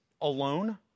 alone